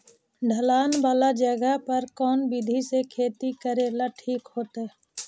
ढलान वाला जगह पर कौन विधी से खेती करेला ठिक होतइ?